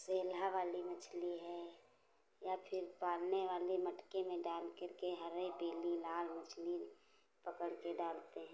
सेल्हा वाली मछली है या फिर पालने वाली मटके में डालकर के हरे पीली लाल मछली पकड़ के डालते हैं